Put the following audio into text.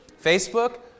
Facebook